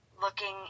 looking